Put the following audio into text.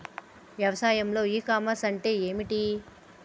వ్యవసాయంలో e commerce అంటే ఏమిటి?